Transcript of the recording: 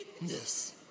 Yes